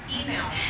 Email